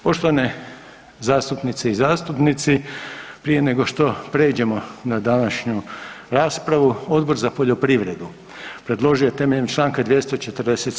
Poštovane zastupnice i zastupnici, prije nego što pređemo na današnju raspravu, Odbor za poljoprivredu, predložio je temeljem čl. 247.